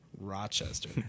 Rochester